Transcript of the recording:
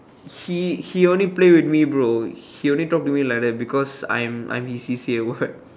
he he only play with me bro he only talk to me like that because I'm I'm his C_C_A ward